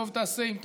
טוב תעשה אם תקשיב,